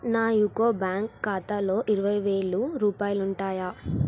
నా UCO bank ఖాతాలో ఇరవై వేల రూపాయాలుంటాయా